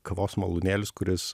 kavos malūnėlis kuris